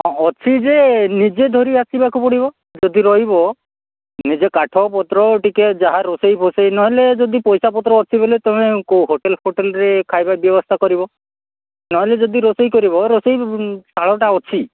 ଅଛି ଯେ ନିଜେ ଧରି ଆସିବାକୁ ପଡ଼ିବ ଯଦି ରହିବ ନିଜେ କାଠ ପତ୍ର ଟିକେ ଯାହା ରୋଷେଇ ଫୋଷେଇ ନ ହେଲେ ଯଦି ପଇସା ପତ୍ର ଅଛି ବୋଲେ ତୁମେ କୋଉ ହୋଟେଲ୍ ଫୋଟେଲ୍ରେ ଖାଇବା ବ୍ୟବସ୍ଥା କରିବ ନ ହେଲେ ଯଦି ରୋଷେଇ କରିବ ରୋଷଇ ଶାଳଟା ଅଛି